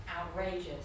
outrageous